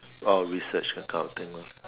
or research that kind of thing lor